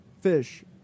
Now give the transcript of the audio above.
fish